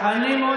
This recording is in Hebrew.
אני רק,